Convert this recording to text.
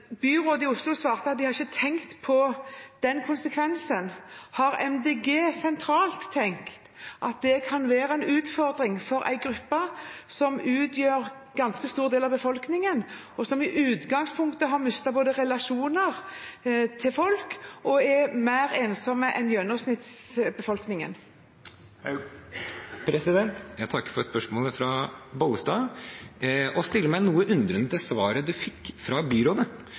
Byrådet i Oslo svarte at de ikke hadde tenkt på den konsekvensen. Har Miljøpartiet De Grønne sentralt tenkt at dette kan være en utfordring for en gruppe som utgjør en ganske stor del av befolkningen, og som i utgangspunktet både har mistet relasjoner til folk og er mer ensomme enn gjennomsnittsbefolkningen? Jeg takker for spørsmålet fra Bollestad og stiller meg noe undrende til svaret hun fikk fra byrådet.